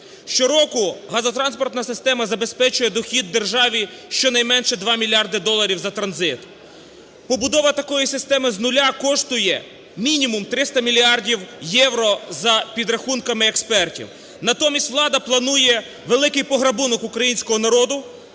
Щороку газотранспортна система забезпечує дохід державі щонайменше 2 мільярди доларів за транзит. Побудова такої системи з нуля коштує мінімум 300 мільярдів євро за підрахунками експертів. Натомість влада планує великий пограбунок українського народу,